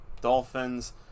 Dolphins